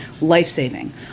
life-saving